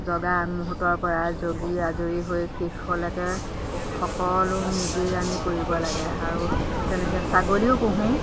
জগা আগমুহূৰ্তৰ পৰা জগি আজৰি হৈ শেষলৈকে সকলো নিজেই আমি কৰিব লাগে আৰু তেনেকৈ ছাগলীও পুহোঁ